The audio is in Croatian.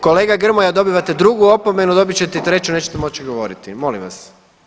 Kolega Grmoja dobivate drugu opomenu, dobit ćete i treću nećete moći govoriti, molim vas.